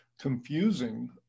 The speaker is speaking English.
confusing